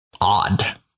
odd